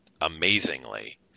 amazingly